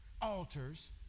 altars